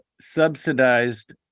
subsidized